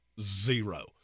zero